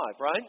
right